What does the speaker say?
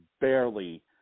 barely